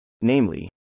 Namely